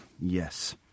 Yes